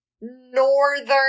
northern